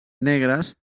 negres